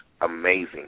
amazing